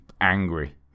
angry